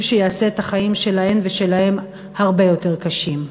שיעשה את החיים שלהן ושלהם הרבה יותר קשים.